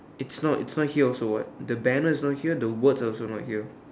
it's not it's not here also what the banner not here the word also not here